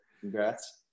congrats